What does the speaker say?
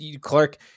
Clark